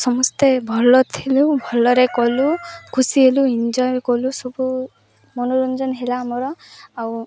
ସମସ୍ତେ ଭଲ ଥିଲୁ ଭଲରେ କଲୁ ଖୁସି ହେଲୁ ଏନଜୟ୍ କଲୁ ସବୁ ମନୋରଞ୍ଜନ ହେଲା ଆମର ଆଉ